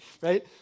right